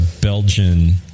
Belgian